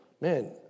man